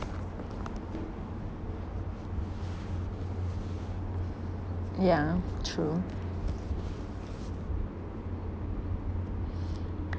yeah true